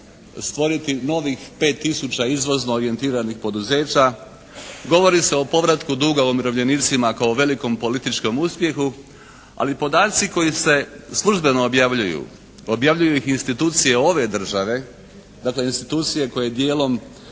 stvoriti novih 5 tisuća izvozno orijentiranih poduzeća. Govori se o povratku duga umirovljenicima kao velikom politikom uspjehu. Ali podaci koji se službeno objavljuju, objavljuju ih institucije ove države, dakle institucije koje dijelom,